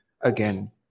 again